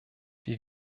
wir